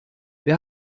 wer